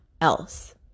else